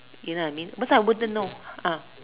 you know I mean what's I wouldn't know ah